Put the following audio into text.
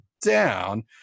down